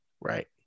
Right